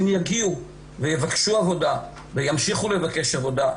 יגיעו ויבקשו עבודה וימשיכו לבקש עבודה.